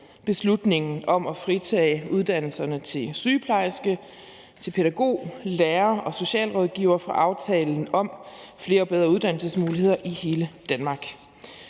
beslutningen om at fritage uddannelserne til sygeplejerske, pædagog, lærer og socialrådgiver fra aftalen om »Flere og bedre uddannelsesmuligheder i hele Danmark«.